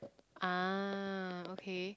ah okay